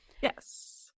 Yes